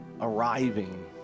arriving